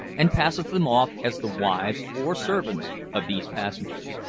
and passes them off as the wives or servants of these passengers.